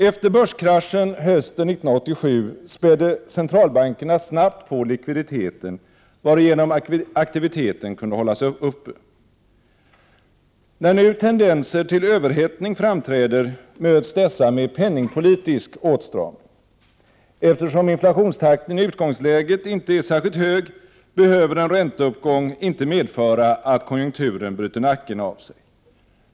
Efter börskraschen hösten 1987 spädde centralbankerna snabbt på likviditeten, varigenom aktiviteten kunde hållas uppe. När nu tendenser till överhettning framträder möts dessa med penningpolitisk åtstramning. Eftersom inflationstakten i utgångsläget inte är särskilt hög, behöver en ränteuppgång inte medföra att konjunkturen bryter nacken av sig.